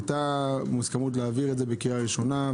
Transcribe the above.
הייתה הסכמה להעביר את זה בקריאה ראשונה,